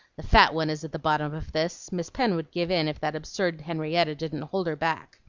the fat one is at the bottom of this. miss pen would give in if that absurd henrietta didn't hold her back.